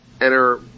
enter